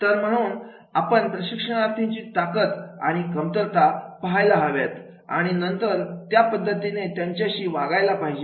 तर म्हणून आपण प्रशिक्षणार्थींची ताकत आणि कमतरता पाहायला हव्यात आणि नंतर त्या पद्धतीने त्यांच्याशी वागायला पाहिजे